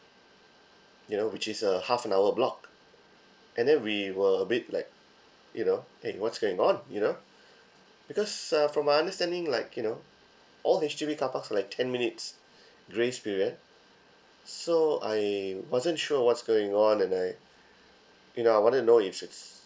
you know which is a half an hour block and then we were a bit like you know eh what's going on you know because uh from my understanding like you know all H_D_B carparks have like ten minutes grace period so I wasn't sure what's going on and I you know I wanted to know if it's